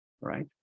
right